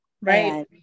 Right